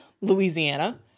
Louisiana